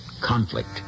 conflict